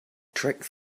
tricks